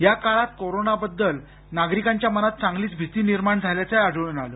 या काळात कोरोनाबद्दल नागरिकांच्या मनात चांगलीच भीती निर्माण झाल्याचंही आढळून आलं